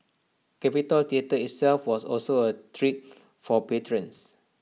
capitol theatre itself was also A treat for patrons